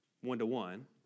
one-to-one